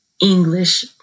English